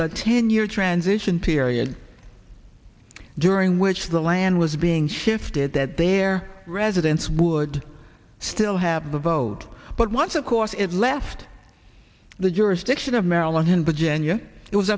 the ten year transition period during which the land was being shifted that their residents would still have the vote but once of course it left the jurisdiction of maryland and virginia it was